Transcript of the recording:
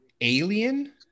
alien